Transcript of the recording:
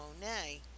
Monet